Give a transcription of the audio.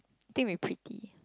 think will be pretty